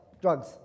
drugs